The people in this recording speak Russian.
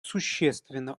существенно